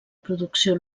producció